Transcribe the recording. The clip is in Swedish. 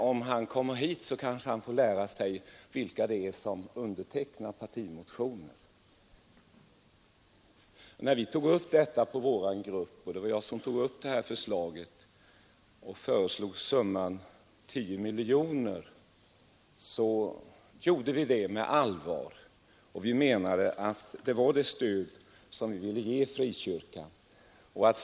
Om han kommer hit kanske han får lära sig vilka det är som undertecknat partimotionen. När vi tog upp detta i vår grupp — det var jag som tog upp förslaget — föreslog vi summan 10 miljoner och vi gjorde det med allvar. Vi menade att det var det stöd som vi ville ge frikyrkan.